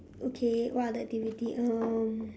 okay what other activity um